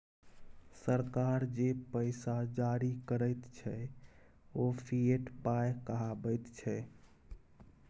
सरकार जे पैसा जारी करैत छै ओ फिएट पाय कहाबैत छै